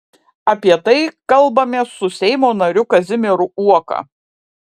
apie tai kalbamės su seimo nariu kazimieru uoka